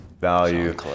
Value